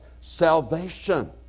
salvation